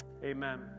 Amen